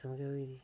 खत्म गै होई दी